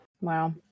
Wow